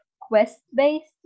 quest-based